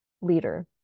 leader